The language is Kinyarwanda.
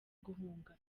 guhunga